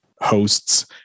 hosts